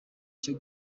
cyo